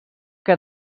que